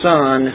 Son